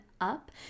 up